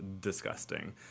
disgusting